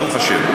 ברוך השם.